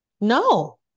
no